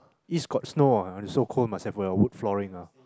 east got snow ah so cold must have for wood flooring ah